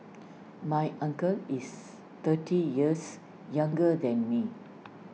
my uncle is thirty years younger than me